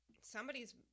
somebody's